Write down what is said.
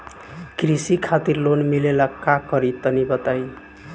कृषि खातिर लोन मिले ला का करि तनि बताई?